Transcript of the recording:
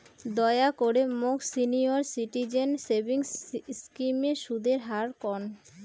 দয়া করে মোক সিনিয়র সিটিজেন সেভিংস স্কিমের সুদের হার কন